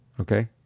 Okay